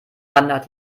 wandert